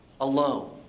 alone